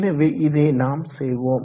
எனவே இதனை நாம் செய்வோம்